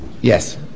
yes